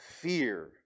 fear